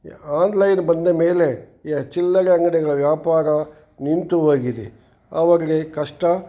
online ಬಂದ ಮೇಲೆ ಯಾ ಚಿಲ್ಲರೆ ಅಂಗಡಿಗಳ ವ್ಯಾಪಾರ ನಿಂತು ಹೋಗಿದೆ ಅವರಿಗೆ ಕಷ್ಟ